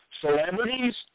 celebrities